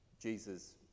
Jesus